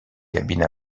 cabine